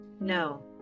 No